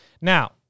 Now